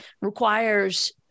requires